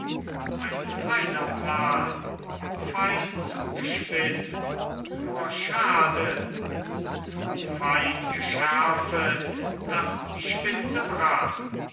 ein feiner plan fein zugespitzt nur schade zu fein geschärfet daß die spitze brach